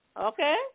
Okay